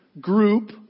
group